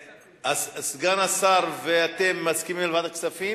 סגן השר ואתם מסכימים לוועדת הכספים?